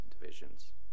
divisions